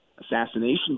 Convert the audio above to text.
assassination